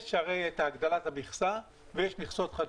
יש הרי את הגדלת המכסה ויש מכסות חדשות.